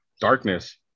darkness